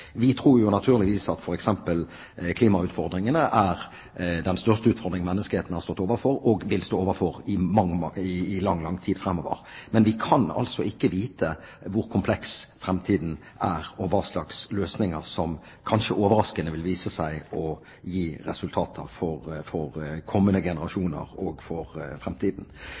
Vi tror f.eks. naturligvis at klimautfordringen er den største utfordringen menneskeheten har stått overfor og vil stå overfor i lang, lang tid framover. Men vi kan ikke vite hvor kompleks framtiden er, og hva slags løsninger som kanskje overraskende vil vise seg å gi resultater for kommende generasjoner og for